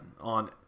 on